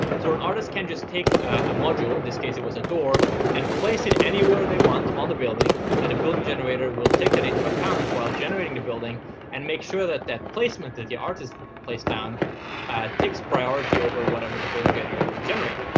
so an artist can just take a module in this case, it was a door and place it anywhere they want on the building. and a building generator will take that into account while generating the building and make sure that that placement that the artist placed down takes priority over whatever the building generator will generate.